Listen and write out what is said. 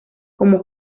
como